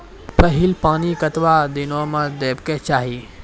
पहिल पानि कतबा दिनो म देबाक चाही?